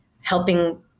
helping